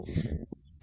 5 येईल